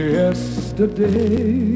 yesterday